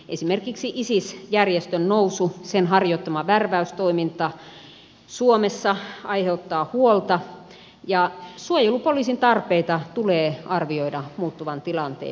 esimerkiksi isis järjestön nousu ja sen harjoittama värväystoiminta suomessa aiheuttaa huolta ja suojelupoliisin tarpeita tulee arvioida muuttuvan tilanteen myötä